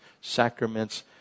Sacraments